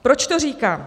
Proč to říkám?